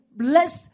bless